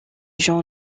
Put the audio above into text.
gens